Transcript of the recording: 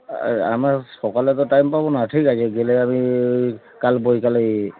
আর আমার সকালে তো টাইম পাব না ঠিক আছে গেলে আমি ওই কাল বিকালে